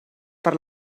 per